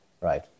right